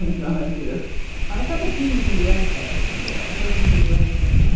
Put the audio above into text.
now i am here on a cup of tea, you can do anything yeah a person can do anything.